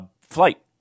flight